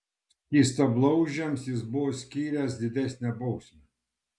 skystablauzdžiams jis būtų skyręs didesnę bausmę